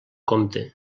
compte